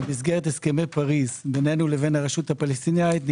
במסגרת הסכמי פריז בינינו לרשות הפלסטינית,